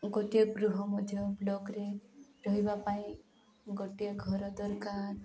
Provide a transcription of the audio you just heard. ଗୋଟିଏ ଗୃହ ମଧ୍ୟ ବ୍ଲକ୍ରେ ରହିବା ପାଇଁ ଗୋଟିଏ ଘର ଦରକାର